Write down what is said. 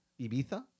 Ibiza